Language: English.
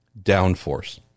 downforce